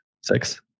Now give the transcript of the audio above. six